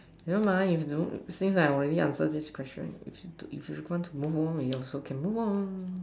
never mind don't seem like already answer this question if we want to move on we also can move on